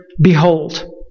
behold